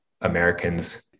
Americans